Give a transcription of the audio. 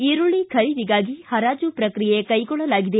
ಈರುಳಿ ಖರೀದಿಗಾಗಿ ಹರಾಜು ಪ್ರಕ್ರಿಯೆ ಕೈಗೊಳ್ಳಲಾಗಿದೆ